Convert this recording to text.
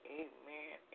amen